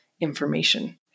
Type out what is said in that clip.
information